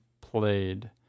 played